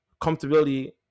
comfortability